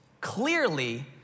clearly